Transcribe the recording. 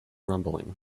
rumbling